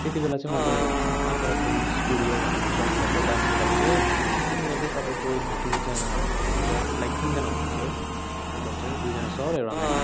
त्यति बेला चाहिँ मैले मात्रा फिल्मस् स्टुडियो भनेर जोइन गरेको थिएँ डान्सको लागि चाहिँ त्यहाँनिर चाहिँ तपाईँको दुईजना टिचर लाइक तिनजना हुनुहुन्थ्यो टोटल चाहिँ दुईजना सर एउटा म्याम